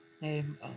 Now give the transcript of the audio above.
name